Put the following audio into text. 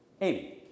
Amy